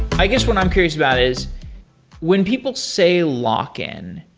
i guess what i'm curious about is when people say lock-in,